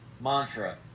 mantra